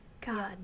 God